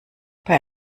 bei